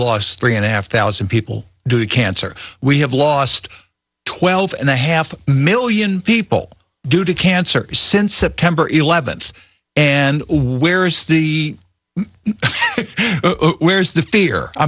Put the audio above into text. lost three and a half thousand people do cancer we have lost twelve and a half million people due to cancer since september eleventh and where is the where's the fear i